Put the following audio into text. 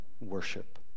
worship